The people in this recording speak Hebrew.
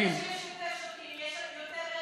זה שיש יותר שוטרים, יש יותר רצח,